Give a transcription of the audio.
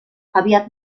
aviat